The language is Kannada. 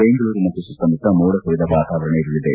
ಬೆಂಗಳೂರು ಮತ್ತು ಸುತ್ತಮುತ್ತ ಮೋಡ ಕವಿದ ವಾತಾವರಣ ಇರಲಿದೆ